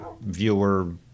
viewer